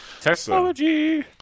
Technology